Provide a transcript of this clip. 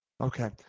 Okay